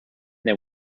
they